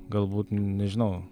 galbūt nežinau